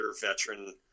veteran